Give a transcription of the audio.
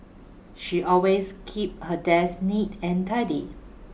she always keeps her desk neat and tidy